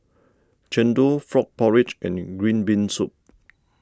Chendol Frog Porridge and Green Bean Soup